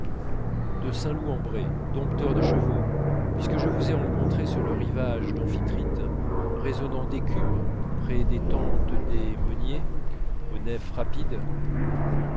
de saint loup en bray dompteur de chevaux puisque je vous ai rencontrés sur le rivage d'amphitrite résonnant d'écume près des tentes des ménier aux nefs rapides